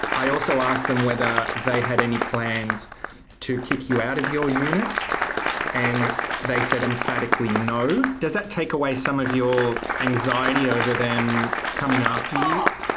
i also asked them whether they had any plans to kick you out of your unit and they said emphatically no. does that take away some of your anxiety over them coming after you? ah